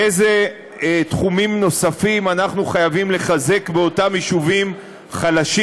אילו תחומים נוספים אנחנו חייבים לחזק באותם יישובים חלשים,